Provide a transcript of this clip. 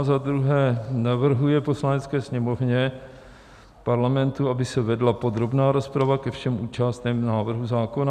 II. navrhuje Poslanecké sněmovně Parlamentu, aby se vedla podrobná rozprava ke všem částem návrhu zákona;